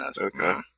Okay